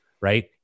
right